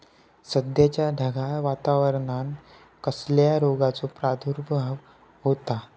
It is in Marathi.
सध्याच्या ढगाळ वातावरणान कसल्या रोगाचो प्रादुर्भाव होता?